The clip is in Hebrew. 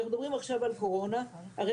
כשאנחנו מדברים עכשיו על קורונה - הרי